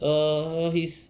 err he's